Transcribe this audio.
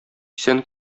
исән